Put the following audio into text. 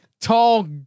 tall